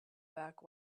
back